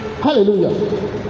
Hallelujah